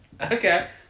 Okay